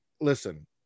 listen